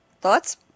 Thoughts